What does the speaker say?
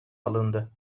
alındı